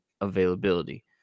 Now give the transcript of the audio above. availability